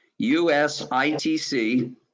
USITC